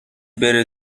بره